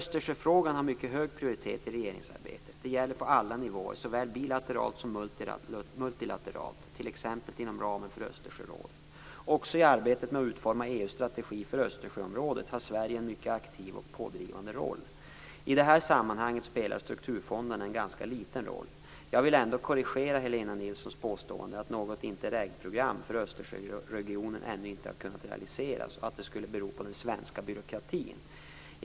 Östersjöfrågan har mycket hög prioritet i regeringsarbetet. Det gäller på alla nivåer, såväl bilateralt som multilateralt, t.ex. inom ramen för Östersjörådet. Också i arbetet med att utforma EU:s strategi för Östersjöområdet har Sverige en mycket aktiv och pådrivande roll. I det här sammanhanget spelar strukturfonderna en ganska liten roll. Jag vill ändå korrigera Helena Nilssons påstående att något Interregprogram för Östersjöregionen ännu inte har kunnat realiseras och att det skulle bero på den svenska byråkratin.